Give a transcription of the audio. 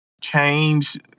change